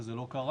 אבל זה לא קרה.